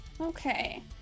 okay